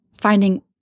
finding—